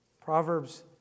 Proverbs